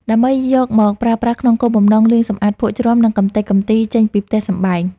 ដើម្បីយកមកប្រើប្រាស់ក្នុងគោលបំណងលាងសម្អាតភក់ជ្រាំ និងកម្ទេចកំទីចេញពីផ្ទះសម្បែង។